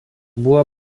buvo